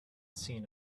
seen